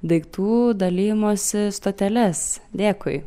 daiktų dalijimosi stoteles dėkui